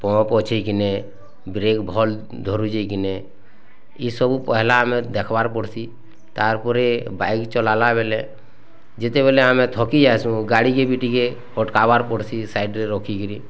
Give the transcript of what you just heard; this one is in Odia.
ପମ୍ପ ଅଛି କି ନେଁ ବ୍ରେକ୍ ଭଲ ଧରୁଛି କି ନେଁ ଏସବୁ ପହଲା ଆମେ ଦେଖବାର୍ ପଡ଼ୁସି ତା'ପରେ ବାଇକ୍ ଚଲାଲା ବେଲେ ଯେତେବେଲେ ଆମେ ଥକି ଯାଉସୁଁ ଗାଡ଼ି କି ବି ଟିକେ ଅଟକବାର୍ ପଡ଼ୁଛି ସାଇଡ଼୍ରେ ରଖିକିରି